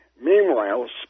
Meanwhile